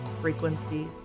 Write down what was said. frequencies